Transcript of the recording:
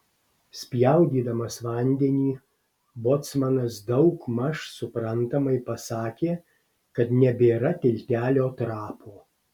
spjaudydamas vandenį bocmanas daugmaž suprantamai pasakė kad nebėra tiltelio trapo